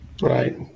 Right